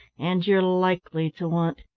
and you're likely to want.